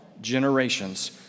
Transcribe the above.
generations